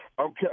Okay